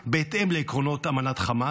בהתאם לעקרונות אמנת חמאס,